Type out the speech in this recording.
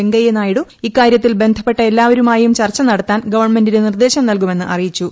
വെങ്കയ്യനായിഡു ഇക്കാര്യത്തിൽ ബന്ധപ്പെട്ട എല്ലാവരുമായും ചർച്ച നടത്താൻ ഗവണ്മെന്റിന് നിർദ്ദേശം നൽകുമെന്ന് അറിയിച്ചു